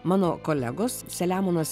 mano kolegos selemonas